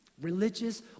religious